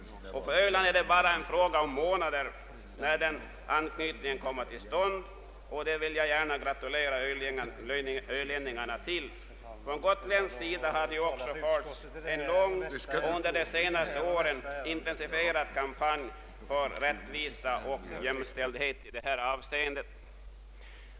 För Ölands del är det bara en fråga om månader när den anknytningen kommer till stånd, och jag vill gärna gratulera ölänningarna till denna framgång. Från gotländsk sida har också förts en lång och under de senaste åren intensifierad kamp för rättvisa och jämställdhet på detta område.